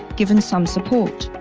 given some support.